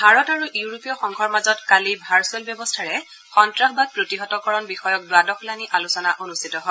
ভাৰত আৰু ইউৰোপীয় সংঘৰ মাজত কালি ভাৰ্চুৱেল ব্যৱস্থাৰে সন্তাসবাদ প্ৰতিহতকৰণ বিষয়ক দ্বাদশলানি আলোচনা অনুষ্ঠিত হয়